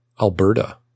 Alberta